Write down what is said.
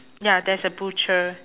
ya there's a butcher